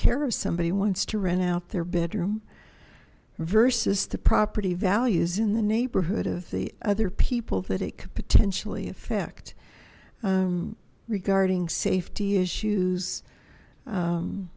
care if somebody wants to rent out their bedroom versus the property values in the neighborhood of the other people that it could potentially affect regarding safety issues